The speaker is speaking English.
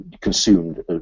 consumed